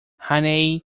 hannay